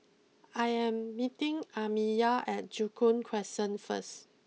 I am meeting Amiyah at Joo Koon Crescent first